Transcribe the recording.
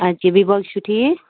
اَدٕ کیٛاہ بیٚیہِ باقٕے چھُو ٹھیٖک